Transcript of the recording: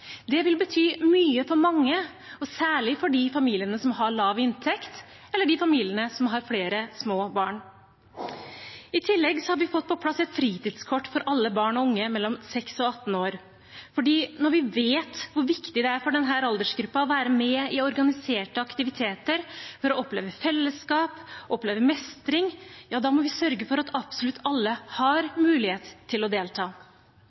Det vil bety mye for mange, og særlig for de familiene som har lav inntekt, eller de familiene som har flere små barn. I tillegg har vi fått på plass et fritidskort for alle barn og unge mellom 6 og 18 år. For når vi vet hvor viktig det er for denne aldersgruppen å være med i organiserte aktiviteter – oppleve fellesskap, oppleve mestring – må vi sørge for at absolutt alle har mulighet til å delta.